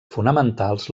fonamentals